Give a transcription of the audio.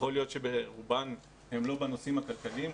יכול להיות שרובן הן לא בנושאים הכלכליים,